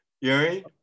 Yuri